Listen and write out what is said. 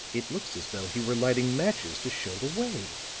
it looks as though he were lighting matches to show the way.